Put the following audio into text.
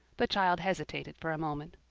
the child hesitated for a moment.